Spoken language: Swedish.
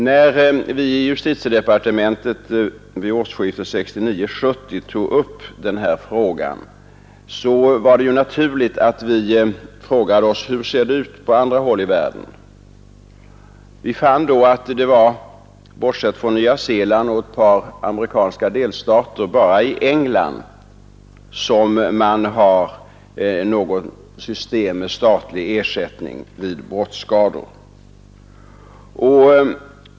När vi i justitiedepartementet vid årsskiftet 1969-1970 tog upp denna sak var det naturligt att vi frågade oss hur det ser ut på andra håll i världen. Vi fann att bortsett från Nya Zeeland och ett par amerikanska delstater var det bara i England som man har ett system med statlig ersättning vid brottsskador.